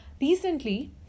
Recently